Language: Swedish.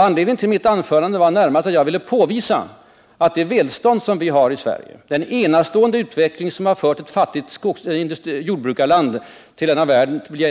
Anledningen till mitt anförande var närmast att jag ville påvisa att det välstånd som vi har i Sverige och den enastående utveckling som har gjort ett fattigt jordbrukarland till en